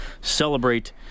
Celebrate